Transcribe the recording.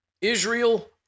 Israel